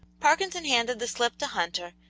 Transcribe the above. parkinson handed the slip to hunter,